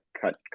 cut